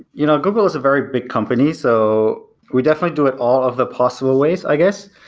you know google is a very big company. so we definitely do it all of the possible ways, i guess,